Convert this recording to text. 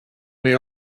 may